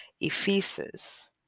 Ephesus